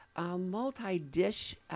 multi-dish